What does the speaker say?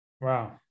Wow